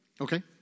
Okay